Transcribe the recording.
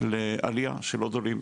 לעלייה של עוד עולים.